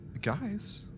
Guys